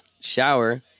shower